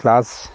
class